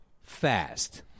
fast